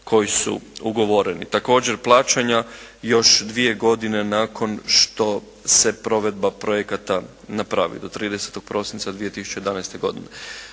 koji su ugovoreni. Također plaćanja još dvije godine nakon što se provedba projekata napravi, do 30. prosinca 2011. godine.